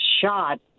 shot